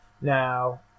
Now